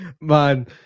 Man